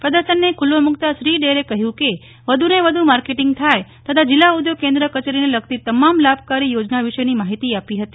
પ્રદર્શનને ખુલ્લો મૂકતાં શ્રી ડેરે કહયું કે વધુને વધુ માર્કેટિંગ થાય તથા જિલ્લા્ ઉધોગ કેન્દ્ર કચેરીને લગતી તમામ લાભકારી યોજના વિશેની માહિતી આપી હતી